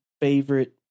favorite